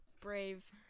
Brave